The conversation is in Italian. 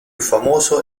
famoso